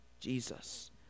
Jesus